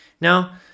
now